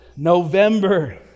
November